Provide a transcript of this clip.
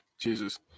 Jesus